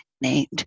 named